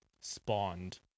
spawned